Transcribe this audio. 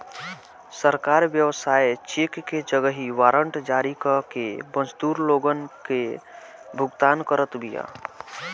सरकार व्यवसाय चेक के जगही वारंट जारी कअ के मजदूर लोगन कअ भुगतान करत बिया